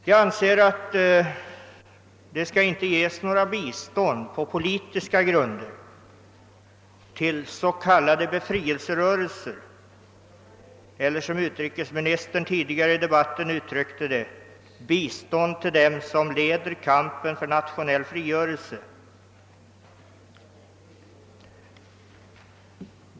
Jag anser att det inte skall ges något bistånd på politiska grunder, till s.k. befrielserörelser eller, som utrikesmi nistern uttryckte det tidigare i debatten, till dem som leder kampen för nationell frigörelse.